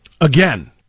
Again